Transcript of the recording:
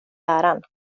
läraren